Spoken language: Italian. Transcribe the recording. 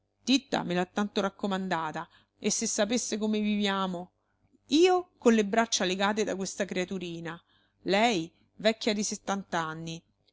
titta me l'ha tanto raccomandata e se sapesse come viviamo io con le braccia legate da questa creaturina lei vecchia di